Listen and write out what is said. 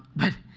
but